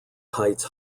heights